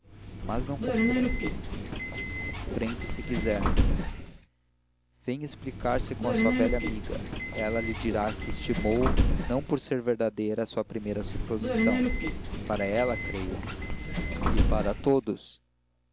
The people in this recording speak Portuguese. mas não compreendo compreende se quiser venha explicar-se com a sua velha amiga ela lhe dirá que estimou muito não ser verdadeira a sua primeira suposição para ela creio e para todos